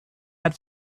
had